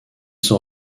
sont